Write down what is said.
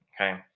Okay